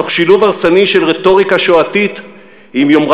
תוך שילוב הרסני של רטוריקה שואתית ויומרה